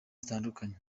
zitandukanye